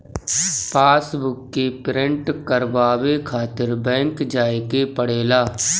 passbook के print करवावे खातिर बैंक जाए के पड़ेला